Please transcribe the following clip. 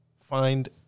find